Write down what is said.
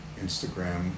Instagram